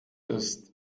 ist